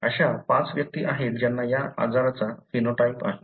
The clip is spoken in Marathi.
अशा पाच व्यक्ती आहेत ज्यांना या आजाराचा फेनोटाइप आहे